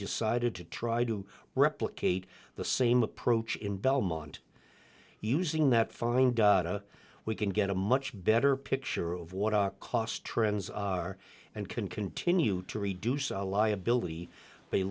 decided to try to replicate the same approach in belmont using that fine we can get a much better picture of what our cost trends are and can continue to reduce our liability